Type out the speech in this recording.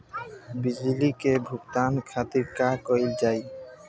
बिजली के भुगतान खातिर का कइल जाइ?